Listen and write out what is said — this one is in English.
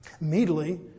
Immediately